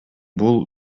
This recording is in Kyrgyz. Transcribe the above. бул